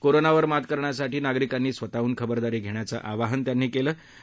कोरोनावर मात करण्यासाठी नागरिकांनी स्वतःडून खबरदारी घखिचं आवाहन त्यांनी कल्नी